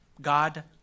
God